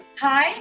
Hi